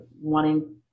wanting